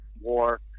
war